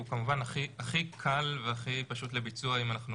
הוא כמובן הכי קל והכי פשוט לביצוע אם אנחנו